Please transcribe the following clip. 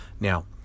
Now